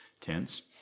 tense